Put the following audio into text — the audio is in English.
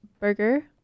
Burger